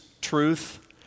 truth